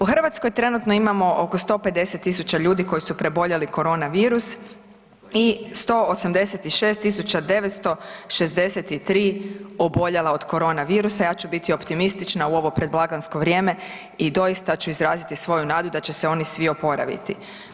U Hrvatskoj trenutno imamo oko 150.000 ljudi koji su preboljeli korona virus i 186.963 oboljela od korona virusa, ja ću biti optimistična u ovo predblagdansko vrijeme i doista ću izraziti svoju nadu da će se oni svi oporaviti.